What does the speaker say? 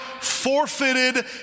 forfeited